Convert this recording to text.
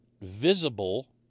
visible